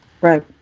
Right